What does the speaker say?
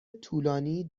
طولانی